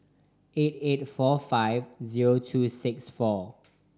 eight eight four five zero two six four